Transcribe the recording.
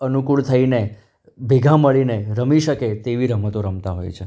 અનુકૂળ થઈને ભેગા મળીને રમી શકે તેવી રમતો રમતા હોય છે